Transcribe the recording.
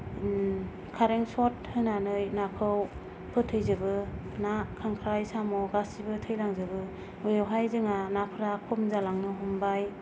खारेन्त सत होनानै नाखौ फोथैजोबो ना खांख्राइ साम' गासैबो थैलांजोबो बेयावहाय जोङा नाफोरा खम जालांनो हमबाय